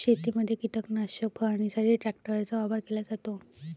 शेतीमध्ये कीटकनाशक फवारणीसाठी ट्रॅक्टरचा वापर केला जातो